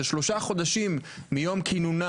ששלושה חודשים מיום כינונה,